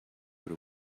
rode